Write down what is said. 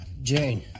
Jane